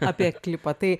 apie klipą tai